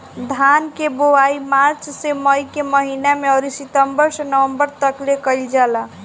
धान के बोआई मार्च से मई के महीना में अउरी सितंबर से नवंबर तकले कईल जाला